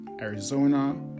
Arizona